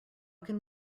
can